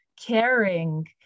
caring